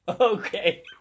Okay